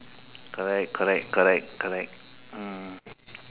correct correct correct mm